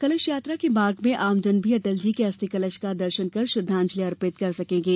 कलश यात्रा के मार्ग में आमजन भी अटल जी के अस्थि कलश का दर्शन कर श्रद्वांजलि अर्पित कर सकेंगे